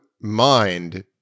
mind